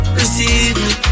receive